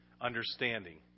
understanding